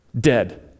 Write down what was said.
Dead